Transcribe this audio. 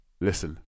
listen